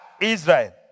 Israel